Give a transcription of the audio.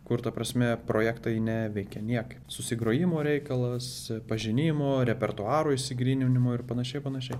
kur ta prasme projektai neveikia niekaip susigrojimo reikalas pažinimo repertuaro išsigryninimo ir panašiai ir panašiai